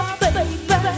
baby